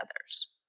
others